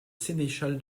sénéchal